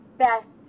best